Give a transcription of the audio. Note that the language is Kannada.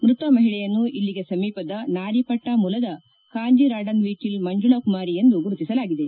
ಮ್ಲತ ಮಹಿಳೆಯನ್ನು ಇಲ್ಲಿಗೆ ಸಮೀಪದ ನಾರಿಪಟ್ನಾ ಮೂಲದ ಕಾಂಜೆರಾಡನ್ವೀಟ್ವಿಲ್ ಮಂಜುಳ ಕುಮಾರಿ ಎಂದು ಗುರುತಿಸಲಾಗಿದೆ